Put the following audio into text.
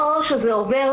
או שזה עובר